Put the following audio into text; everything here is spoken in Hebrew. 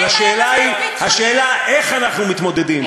אבל השאלה איך אנחנו מתמודדים,